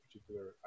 particular